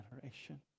generation